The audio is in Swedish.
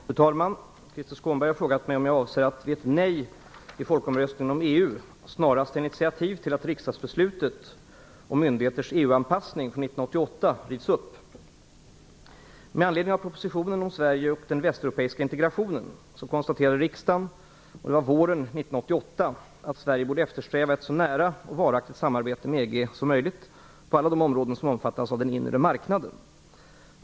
Fru talman! Krister Skånberg har frågat mig om jag avser, vid ett nej i folkomröstningen om EU, snarast ta initiativ till att riksdagsbeslutet om myndigheters EU-anpassning från 1988 rivs upp. Med anledning av propositionen om Sverige och den västeuropeiska integrationen konstaterade riksdagen på våren 1988 att Sverige borde eftersträva ett så nära och varaktigt samarbete som möjligt på alla de områden som omfattas av den inre marknaden.